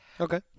Okay